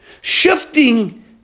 Shifting